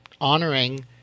honoring